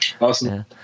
Awesome